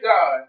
God